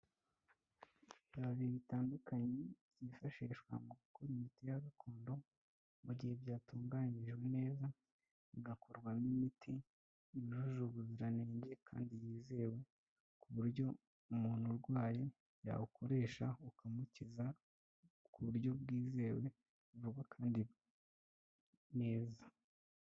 Ibibabi bitandukanye byifashishwa mu gukora imiti ya gakondo mu gihe byatunganyijwe neza, bigakorwamo imiti yujuje ubuziranenge kandi yizewe, ku buryo umuntu urwaye yawukoresha ukamukiza ku buryo bwizewe vuba kandi neza.